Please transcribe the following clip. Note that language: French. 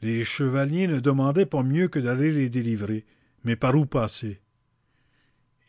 les chevaliers ne demandaient pas mieux que d'aller les délivrer mais par où passer